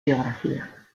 biografía